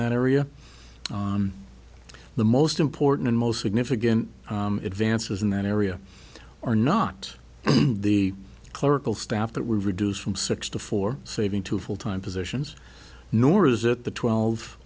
that area the most important and most significant advances in that area are not the clerical staff that would reduce from six to four saving two full time positions nor is it the twelve